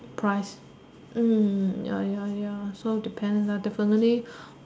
price mm ya ya ya so depends ah definitely